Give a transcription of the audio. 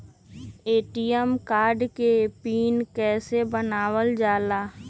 ATM card के pin कैसे बनावल जाला?